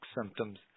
symptoms